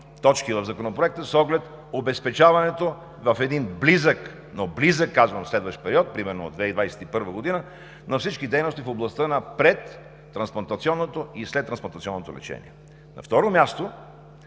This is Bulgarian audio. точки в Законопроекта с оглед обезпечаването в един близък, но близък казвам, следващ период – примерно от 2021 г., на всички дейности в областта на предтрансплантационното и следтрансплантационното лечение. На второ място,